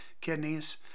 kidneys